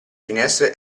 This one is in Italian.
finestre